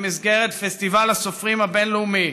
במסגרת פסטיבל הסופרים הבין-לאומי.